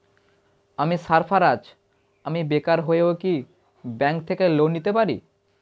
আমি সার্ফারাজ, আমি বেকার হয়েও কি ব্যঙ্ক থেকে লোন নিতে পারি?